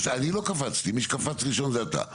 אני לא קפצתי, מי שקפץ ראשון זה אתה.